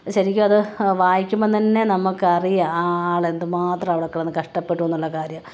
ശരിക്കും അത് വായിക്കുമ്പോള് തന്നെ നമ്മള്ക്കറിയാം ആ ആളെന്തു മാത്രം അവടെ കിടന്ന് കഷ്ടപ്പെട്ടു എന്നുള്ള കാര്യം